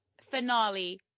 finale